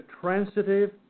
transitive